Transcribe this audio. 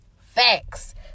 facts